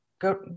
go